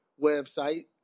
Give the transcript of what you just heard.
website